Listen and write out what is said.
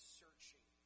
searching